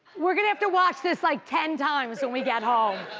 we're gonna have to watch this like ten times when we get home,